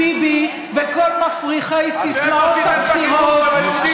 ביבי וכל מפריחי סיסמאות הבחירות.